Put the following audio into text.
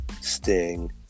sting